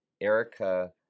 Erica